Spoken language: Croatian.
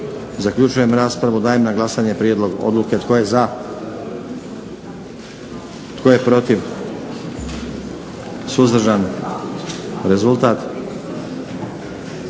Zaključujem raspravu. Dajem na glasanje predloženu odluke. Tko je za? Tko je protiv? Tko je suzdržan? Molim rezultat.